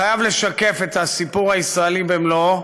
חייב לשקף את הסיפור הישראלי במלואו.